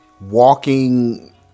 Walking